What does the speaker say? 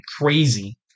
crazy